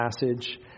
passage